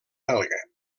belga